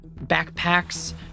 backpacks